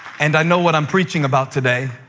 and i know what i'm preaching about today,